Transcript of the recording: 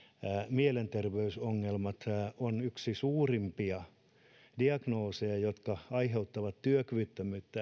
mielenterveysongelmat on yksi suurimpia diagnooseja joka aiheuttaa työkyvyttömyyttä